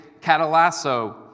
catalasso